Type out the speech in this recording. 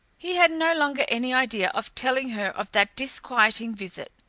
he had no longer any idea of telling her of that disquieting visit.